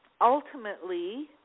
ultimately